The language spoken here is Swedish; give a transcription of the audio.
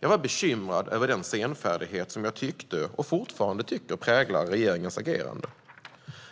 Jag var bekymrad över den senfärdighet som jag tyckte, och fortfarande tycker, präglade regeringens agerande.